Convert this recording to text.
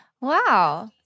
Wow